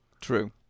True